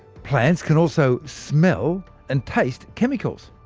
plants can also smell and taste chemicals.